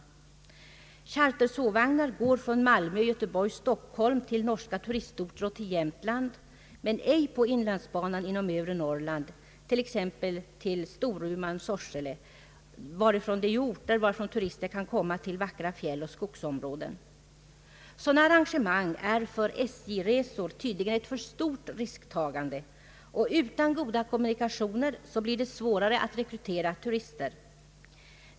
Sådana chartersovvagnar går från Malmö, Göteborg och Stockholm till norska turistorter och till Jämtland men inte på inlandsbanan inom övre Norrland, t.ex. till Storuman och Sorsele, från vilka orter turister kan komma till vackra fjälloch skogsområden. Sådana arrangemang är för SJ-resor tydligen ett för stort risktagande. Utan goda kommunikationer blir det svårare att rekrytera turister.